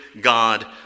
God